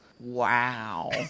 Wow